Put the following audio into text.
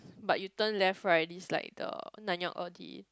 but you turn left right this like the Nanyang-Audi